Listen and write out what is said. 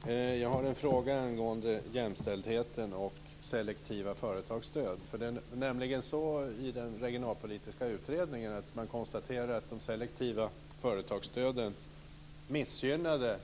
Fru talman! Jag har en fråga angående jämställdheten och selektiva företagsstöd. I den regionalpolitiska utredningen konstaterade man att de selektiva företagsstöden missgynnade